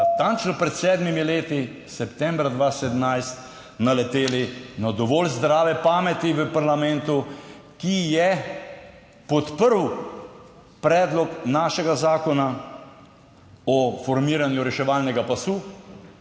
natančno sedmimi leti, septembra 2017, naleteli na dovolj zdrave pameti v parlamentu, ki je podprla predlog našega zakona o formiranju reševalnega pasu,